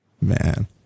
Man